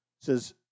says